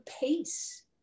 pace